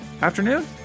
afternoon